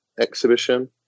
exhibition